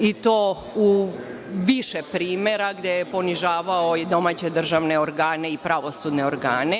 i to u više primera, gde je ponižavao i domaće državne organe i pravosudne organe?